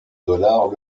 dollars